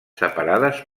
separades